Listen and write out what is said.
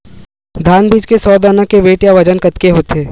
धान बीज के सौ दाना के वेट या बजन कतके होथे?